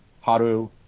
Haru